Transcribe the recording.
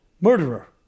murderer